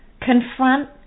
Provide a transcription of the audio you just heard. confront